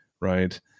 right